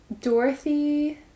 Dorothy